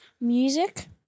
music